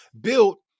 built